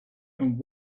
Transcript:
and